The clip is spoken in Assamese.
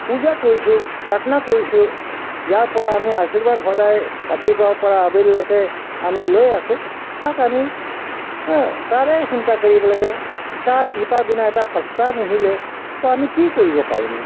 পূজা কৰিছোঁ পাৰ্থনা কৰিছোঁ ইয়াৰ পৰা আমি আশীৰ্বাদ সদায় ৰাতিপুৱাৰ পৰা আবেলিলৈকে আমি লৈ আছোঁ তাক আমি তাৰে চিন্তা কৰিব লাগে তাৰ কৃপা বিনা এটা পাত্তা নিহিলে ত' আমি কি কৰিব পাৰিম